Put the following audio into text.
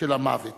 של המוות.